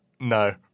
No